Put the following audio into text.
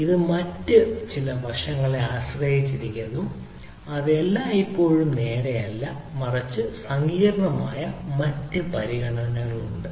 ഇത് മറ്റ് ചില വശങ്ങളെ ആശ്രയിച്ചിരിക്കുന്നു അത് എല്ലായ്പ്പോഴും നേരെയല്ല മറിച്ച് സങ്കീർണ്ണമായ മറ്റ് പരിഗണനകളുണ്ട്